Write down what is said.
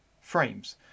frames